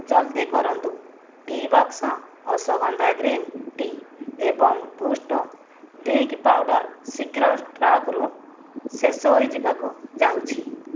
ଜଲ୍ଦି କରନ୍ତୁ tea box ashwagandha green tea ଏବଂ ବୁଷ୍ଟ ଡ୍ରିଙ୍କ୍ ପାଉଡ଼ର୍ ଶୀଘ୍ର ଷ୍ଟକ୍ରୁ ଶେଷ ହୋଇଯିବାକୁ ଯାଉଛି